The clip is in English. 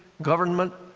government,